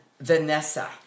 Vanessa